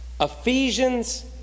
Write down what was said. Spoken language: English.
Ephesians